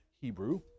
Hebrew